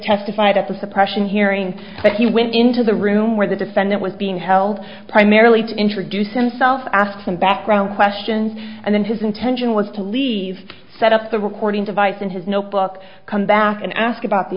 testified at the suppression hearing but he went into the room where the defendant was being held primarily to introduce himself asked some background questions and then his intention was to leave set up the recording device in his notebook come back and ask about the